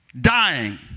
dying